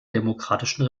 demokratischen